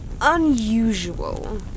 unusual